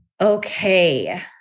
okay